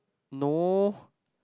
no